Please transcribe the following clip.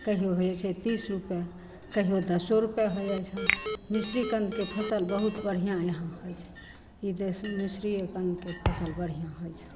कहिओ हो जाइ छै तीस रुपैए कहिओ दसो रुपैए हो जाइ छनि मिश्रीकन्दके फसिल बहुत बढ़िआँ यहाँ होइ छै ई देशमे मिश्रिएकन्दके फसिल बढ़िआँ होइ छै